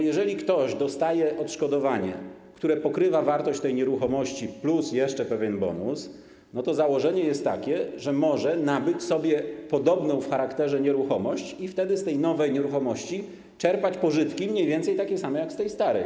Jeżeli ktoś dostaje odszkodowanie, które pokrywa wartość tej nieruchomości, plus jeszcze pewien bonus, to założenie jest takie, że może nabyć sobie podobną w charakterze nieruchomość i wtedy z tej nowej nieruchomości czerpać pożytki mniej więcej takie same jak z tej starej.